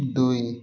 ଦୁଇ